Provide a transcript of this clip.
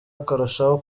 akarushaho